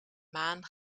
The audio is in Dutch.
maan